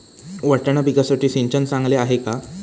वाटाणा पिकासाठी सिंचन चांगले आहे का?